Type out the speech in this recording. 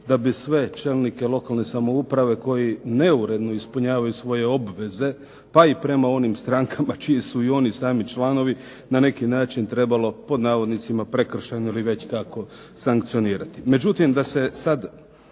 da bi sve čelnike lokalne samouprave koji neuredno ispunjavaju svoje obveze pa i prema onim strankama čiji su i oni sami članovi, na neki način trebalo "prekršajno" ili već kako sankcionirati.